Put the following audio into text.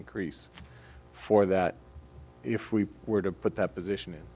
increase for that if we were to put that position